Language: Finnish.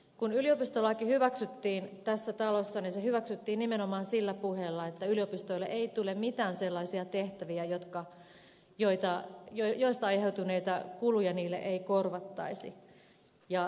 kun yliopistolaki hyväksyttiin tässä talossa niin se hyväksyttiin nimenomaan sillä puheella että yliopistoille ei tule mitään sellaisia tehtäviä joista aiheutuneita kuluja niille ei korvattaisi